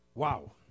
Wow